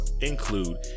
include